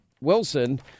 Wilson